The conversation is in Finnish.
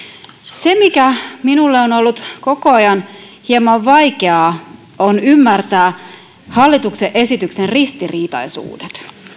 se mikä minulle on ollut koko ajan hieman vaikeaa on ymmärtää hallituksen esityksen ristiriitaisuudet